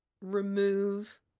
remove